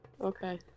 Okay